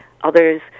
others